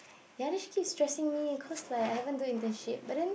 ya this kid is stressing me cause like I haven't do internship but then